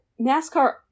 NASCAR